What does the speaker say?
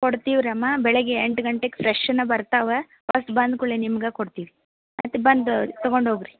ಕೊಡ್ತೀವಮ್ಮ ಬೆಳಿಗ್ಗೆ ಎಂಟು ಗಂಟೆಗೆ ಫ್ರೆಶ್ನೇ ಬರ್ತವೆ ಫಸ್ಟ್ ಬಂದ ಕೂಡಲೇ ನಿಮ್ಗೇ ಕೊಡ್ತೀವಿ ಮತ್ತೆ ಬಂದು ತೊಗೊಂಡು ಹೋಗಿ ರೀ